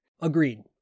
Agreed